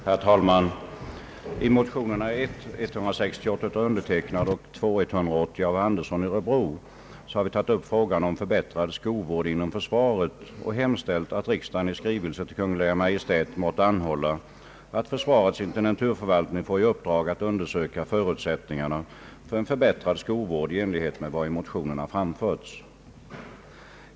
Herr talman! I motionerna 1:168 av undertecknad och II: 180 av herr Andersson i Örebro har vi tagit upp frågan om förbättrad skovård inom försvaret och hemställt, att riksdagen i skrivelse till Kungl. Maj:t måtte anhålla att försvarets intendenturförvaltning får i uppdrag att undersöka förutsättningarna för en förbättrad skovård i enlighet med vad i motionerna framförts.